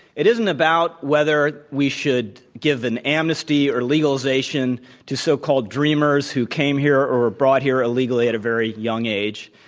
it isn't about whether we should give them and amnesty or legalization to so-called dreamers who came here or were brought here illegally at a very young age.